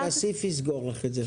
הנה, כסיף יסגור לך את זה.